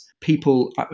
people